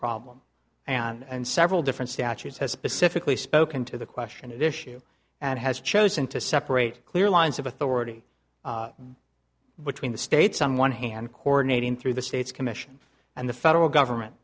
problem and several different statutes has specifically spoken to the question at issue and has chosen to separate clear lines of authority which we in the states on one hand coronating through the states commission and the federal government